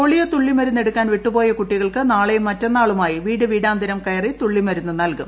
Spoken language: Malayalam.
പോളിയോ തുള്ളി മരുന്ന് എടുക്കാൻ വിട്ടുപോയ കുട്ടികൾക്ക് നാളെയും മറ്റന്നാളുമായി വീട് വീടാന്തരം കയറി തുള്ളിമരുന്ന് നൽകും